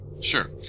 Sure